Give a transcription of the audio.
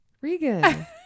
regan